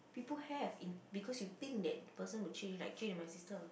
people have in because you think that the person will change like Jade and my sister